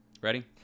ready